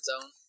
zone